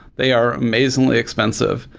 they are amazingly expensive,